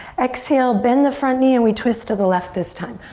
exhale, bend the front knee and we twist to the left this time.